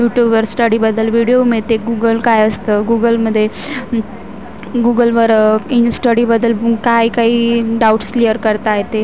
यूटूबवर स्टडीबद्दल विडियो मिळते गुगल काय असतं गुगलमध्ये गुगलवर इन स्टडीबद्दल काही काही डाऊट्स क्लियर करता येते